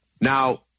Now